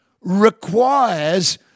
requires